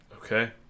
Okay